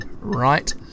right